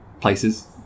places